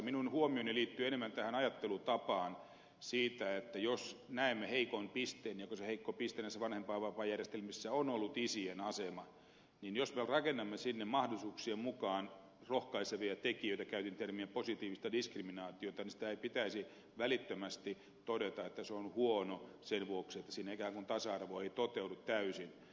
minun huomioni liittyy enemmän tähän ajattelutapaan siitä että jos näemme heikon pisteen ja kun se heikko piste näissä vanhempainvapaajärjestelmissä on ollut isien asema niin jos me rakennamme sinne mahdollisuuksien mukaan rohkaisevia tekijöitä käytin termiä positiivista diskriminaatiota niin ei pitäisi välittömästi todeta että se on huono sen vuoksi että siinä ikään kuin tasa arvo ei toteudu täysin